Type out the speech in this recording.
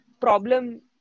problem